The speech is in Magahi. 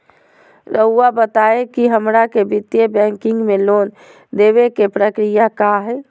रहुआ बताएं कि हमरा के वित्तीय बैंकिंग में लोन दे बे के प्रक्रिया का होई?